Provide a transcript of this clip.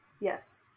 Yes